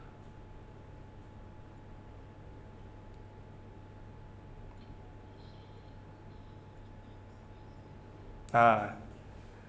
ah